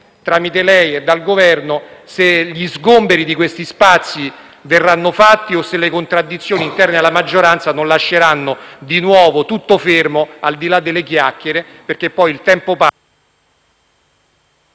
tramite lei, se gli sgomberi di questi spazi verranno fatti o se le contraddizioni interne alla maggioranza non lasceranno di nuovo tutto fermo, al di là delle chiacchiere. Poi, infatti, il tempo passa